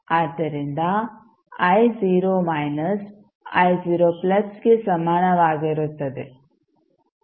ಆದ್ದರಿಂದ ಗೆ ಸಮಾನವಾಗಿರುತ್ತದೆ